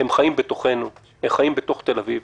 הם חיים בתוכנו, הם חיים בתוך תל אביב.